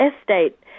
estate